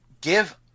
give